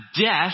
death